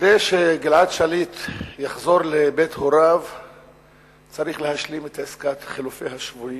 כדי שגלעד שליט יחזור לבית-הוריו צריך להשלים את עסקת חילופי השבויים,